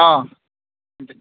अ